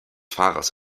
fahrers